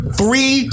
three